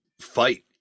fight